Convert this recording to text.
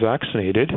vaccinated